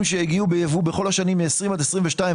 שהגיעו בייבוא בכל השנים מ-20' עד 22',